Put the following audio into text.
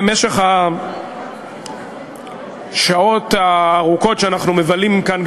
במשך השעות הארוכות שאנחנו מבלים כאן,